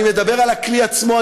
אני מדבר על הכלי עצמו,